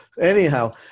Anyhow